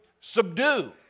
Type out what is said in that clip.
subdue